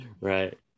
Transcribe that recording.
Right